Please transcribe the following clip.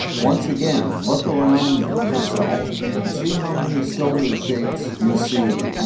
once again, look around yourself and see how many cylinder shapes you see.